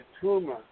tumor